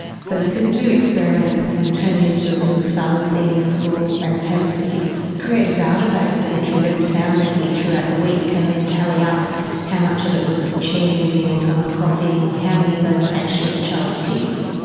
so you can do experiments and turn it into a bit of a fun thing in school and have the kids create a database essentially of every sound they hear throughout the week and then tally up how much of it was a chair moving or someone coughing and how many of those were actually the child's tics.